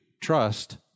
trust